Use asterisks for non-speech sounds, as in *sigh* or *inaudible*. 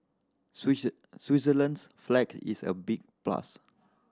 *unintelligible* Switzerland's flag is a big plus